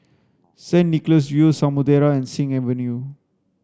Saint Nicholas View Samudera and Sing Avenue